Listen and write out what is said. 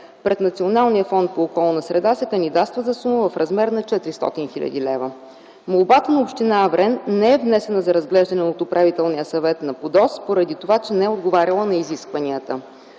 Пред Националния фонд по околна среда се кандидатства за сума в размер на 400 хил. лв. Молбата на община Аврен не е внесена за разглеждане от Управителния съвет на ПУДООС, поради това че не е отговаряла на изискванията.